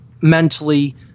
mentally